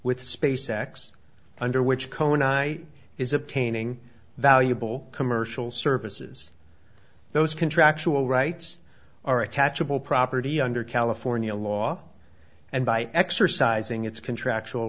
with space x under which cohen i is obtaining valuable commercial services those contractual rights are attachable property under california law and by exercising its contractual